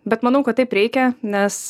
bet manau kad taip reikia nes